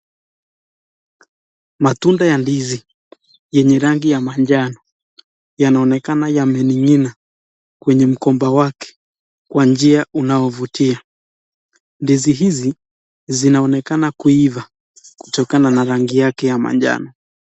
Matunda ya ndizi yenye rangi ya manjano yanaonekana yamening'ina kwenye mkoba wake kwa njia inayovutia. Ndizi hizi zinaonekana kuiva kutokana na rangi yake ya manjano.